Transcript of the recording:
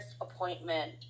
appointment